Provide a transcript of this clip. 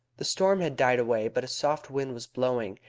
the storm had died away, but a soft wind was blowing,